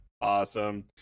Awesome